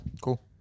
Cool